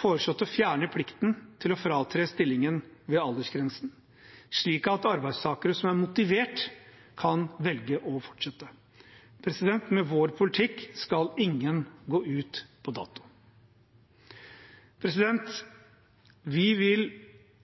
foreslått å fjerne plikten til å fratre stillingen ved aldersgrensen, slik at arbeidstakere som er motivert, kan velge å fortsette. Med vår politikk skal ingen gå ut på dato. Vi vil